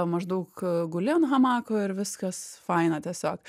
maždaug guli ant hamako ir viskas faina tiesiog